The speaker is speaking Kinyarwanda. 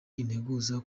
integuza